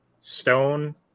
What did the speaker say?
stone